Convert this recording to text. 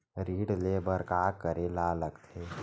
ऋण ले बर का करे ला लगथे?